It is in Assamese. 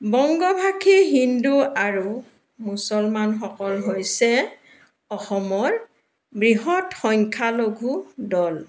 বংগভাষী হিন্দু আৰু মুছলমানসকল হৈছে অসমৰ বৃহৎ সংখ্যালঘু দল